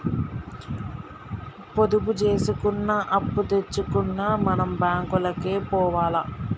పొదుపు జేసుకున్నా, అప్పుదెచ్చుకున్నా మన బాంకులకే పోవాల